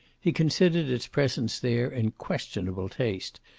he considered its presence there in questionable taste,